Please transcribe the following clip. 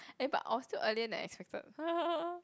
eh but I was still earlier than expected